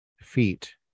feet